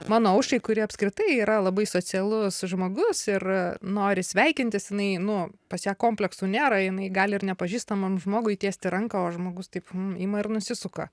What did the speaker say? mano aušrai kuri apskritai yra labai socialus žmogus ir nori sveikintis jinai nu pas ją kompleksų nėra jinai gali ir nepažįstamam žmogui tiesti ranką o žmogus taip ima ir nusisuka